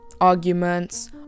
arguments